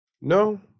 No